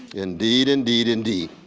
indeed, indeed, indeed.